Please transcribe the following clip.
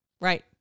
Right